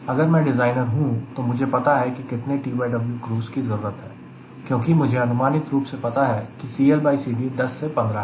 अगर मैं डिज़ाइनर हूं तो मुझे पता है की कितने TW क्रूज़ की जरूरत है क्योंकि मुझे अनुमानित रूप से पता है कि CLCD 10 से 15 है